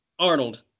Arnold